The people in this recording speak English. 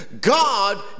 God